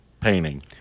painting